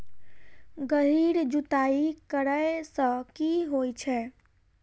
गहिर जुताई करैय सँ की होइ छै?